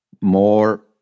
more